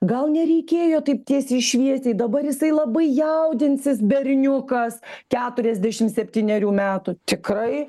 gal nereikėjo taip tiesiai šviesiai dabar jisai labai jaudinsis berniukas keturiasdešim septynerių metų tikrai